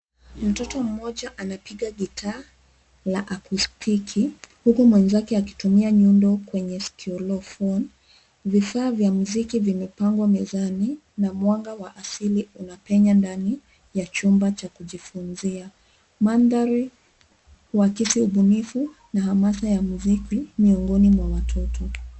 Mtoto mmoja anapiga guitar la acoustic huku mwenzake akitumia nyundo kwenye xylophone . Vifaa vya muziki vimepangwa mezani na mwanga wa asili unapenya ndani ya chumba cha kujifunzia. Mandhari huakisi ubunifu na hamasa ya muziki miongoni mwa watoto.